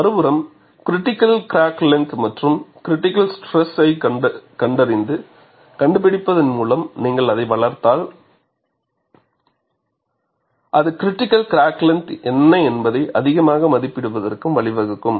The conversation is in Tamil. மறுபுறம் கிரிட்டிகள் கிராக் லெங்த் மற்றும் கிரிட்டிகள் ஸ்ட்ரெஸை கண்டறிந்து கண்டுபிடிப்பதன் மூலம் நீங்கள் அதை வளர்த்தால் அது கிரிடிக்கல் கிராக் லெங்த் என்ன என்பதை அதிகமாக மதிப்பிடுவதற்கு வழிவகுக்கும்